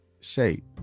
shape